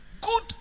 Good